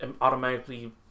automatically